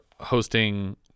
hosting